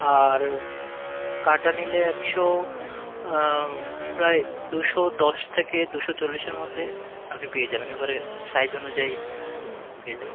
আর কাটা নিলে একশো প্রায় দুশো দশ থেকে দুশো চল্লিশের মধ্যে আপনি পেয়ে যাবেন এবারে সাইজ অনুযায়ী পেয়ে যাবেন